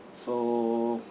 so